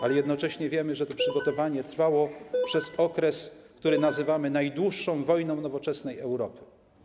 Ale jednocześnie wiemy, że to przygotowanie trwało przez okres, który nazywamy najdłuższą wojną nowoczesnej Europy.